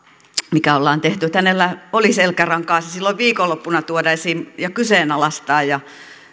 mikä ollaan tehty hänellä oli selkärankaa se silloin viikonloppuna tuoda esiin ja kyseenalaistaa